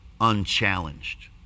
unchallenged